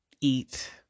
eat